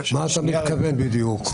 למה אתה מתכוון בדיוק?